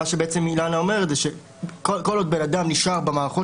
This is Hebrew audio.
מה שאילנה אומרת זה כל עוד בן אדם נשאר במערכות